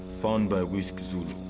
found by whisky zulu,